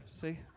see